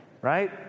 Right